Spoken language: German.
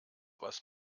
was